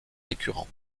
récurrent